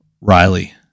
Riley